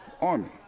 Army